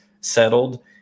settled